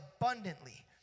abundantly